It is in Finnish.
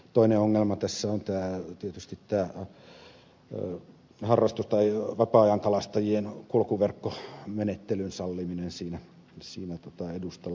toinen ongelma tässä on tietysti tämä harrastus tai vapaa ajankalastajien kulkuverkkomenettelyn salliminen siinä edustalla